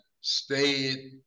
stayed